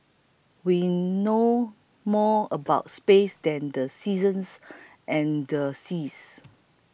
we know more about space than the seasons and the seas